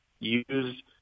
use